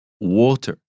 water